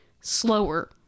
slower